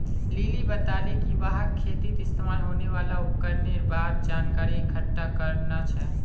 lily बताले कि वहाक खेतीत इस्तमाल होने वाल उपकरनेर बार जानकारी इकट्ठा करना छ